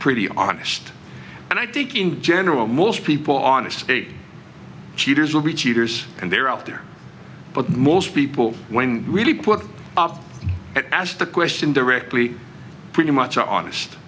pretty honest and i think in general most people on a state cheaters will be cheaters and they're out there but most people when really put asked the question directly pretty much are honest